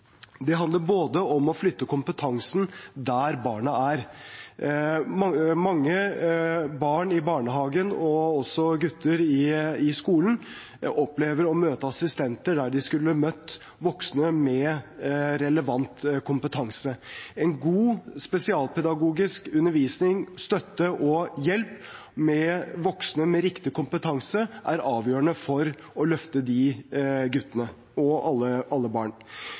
Det handler om å flytte kompetansen dit barna er. Mange barn i barnehagen og gutter i skolen opplever å møte assistenter der de skulle ha møtt voksne med relevant kompetanse. En god spesialpedagogisk undervisning, støtte og hjelp fra voksne med riktig kompetanse, er avgjørende for å løfte de guttene – og alle barn. Vi foreslår nå også å innføre en oppfølgingsplikt for skolene. Ofte opplever barn